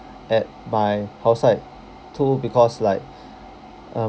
at my outside too because like um